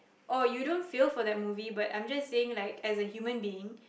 or you don't feel for that movie but I'm just saying like as a human being